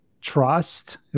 trust